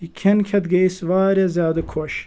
یہِ کھیٚن کھیٚتھ گٔے أسۍ واریاہ زیادٕ خۄش